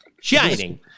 Shining